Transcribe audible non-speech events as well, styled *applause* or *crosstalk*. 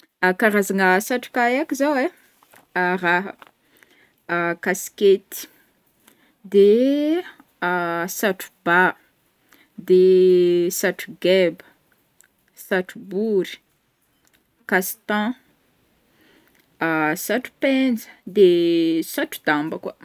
*hesitation* karazagna satroka haiko zao ai: *hesitation* raha: kaskety, de *hesitation* satro-ba, de *hesitation* satro-gaiba, satro-bory, castan, *hesitation* satro-penja, de *hesitation* satro-damba koa.